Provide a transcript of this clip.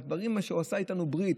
הדברים הם שהוא עשה איתנו ברית.